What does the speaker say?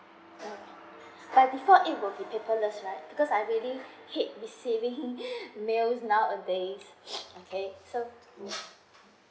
um for it will be paperless right because I really hate to saving mails nowadays okay so